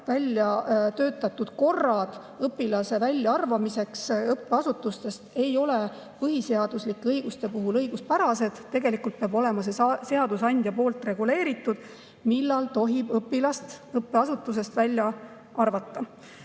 välja töötatud korrad õpilase väljaarvamiseks õppeasutusest ei ole põhiseaduslike õiguste puhul õiguspärased. Tegelikult peab olema seadusandja poolt reguleeritud, millal tohib õpilast õppeasutusest välja arvata.